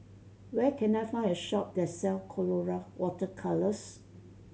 where can I find a shop that sell Colora Water Colours